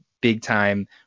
big-time